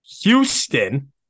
Houston